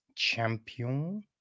Champion